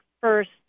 first